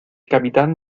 capitán